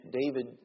David